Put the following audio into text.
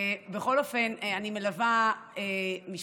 בכל אופן, אני מלווה משפחה,